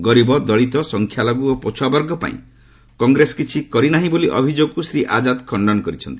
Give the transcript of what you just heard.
ଗରିବ ଦଳିତ ସଂଖ୍ୟାଲଘ୍ର ଓ ପଛ୍ରଆବର୍ଗ ପାଇଁ କଂଗ୍ରେସ କିଛି କରିନାହିଁ ବୋଲି ଅଭିଯୋଗକୁ ଶ୍ରୀ ଆଜାଦ ଖଣ୍ଡନ କରିଛନ୍ତି